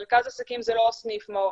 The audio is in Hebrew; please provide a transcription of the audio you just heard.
מרכז עסקים זה לא סניף מעוף,